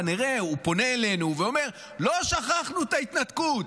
כנראה הוא פונה אלינו ואומר: לא שכחנו את ההתנתקות.